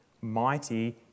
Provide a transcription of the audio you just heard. mighty